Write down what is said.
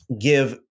give